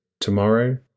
tomorrow